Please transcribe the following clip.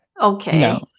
okay